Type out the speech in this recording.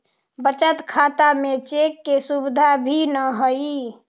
बचत खाता में चेक के सुविधा भी न हइ